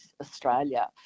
Australia